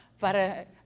para